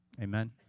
Amen